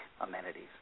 amenities